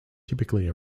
typically